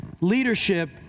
leadership